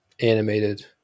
animated